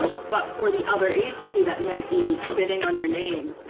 but for the other agency that might be bidding on your name,